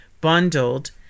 bundled